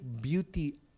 beauty